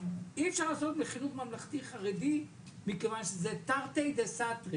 אי-אפשר לעשות חינוך ממלכתי-חרדי מכיוון שזה תרתי דסתרי